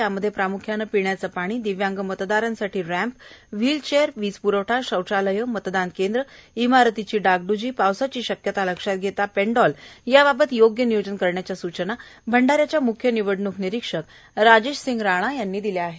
यामध्ये प्राम्ख्याने पिण्याचे पाणी दिव्यांग मतदारांसाठी रॅम्प व्हील चेअर वीज प्रवठा शौचालय मतदान केंद्र इमारत डागड्जी पावसाची शक्यता लक्षात घेता पेंडॉल याबाबत योग्य नियोजन करण्याच्या सूचना अंडाऱ्याच्या मुख्य निवडणूक निरीक्षक राजेश सिंग राणा यांनी दिल्यात